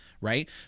right